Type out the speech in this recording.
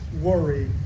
worry